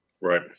Right